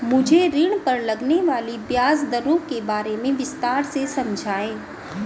मुझे ऋण पर लगने वाली ब्याज दरों के बारे में विस्तार से समझाएं